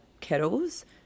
kettles